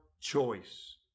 choice